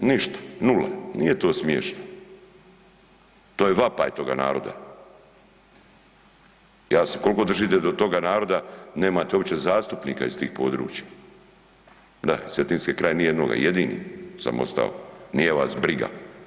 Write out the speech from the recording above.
Ništa, nula, nije to smiješno, to je vapaj toga naroda, ja se koliko držite do toga naroda nemate uopće zastupnika iz tih područja, da iz Cetinske krajine nije nula, jedini sam ostao, nije vas briga.